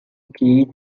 key